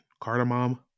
Cardamom